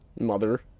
Mother